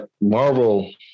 Marvel